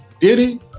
Diddy